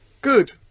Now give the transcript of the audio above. Good